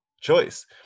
choice